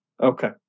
Okay